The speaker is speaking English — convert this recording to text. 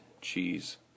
cheese